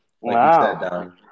Wow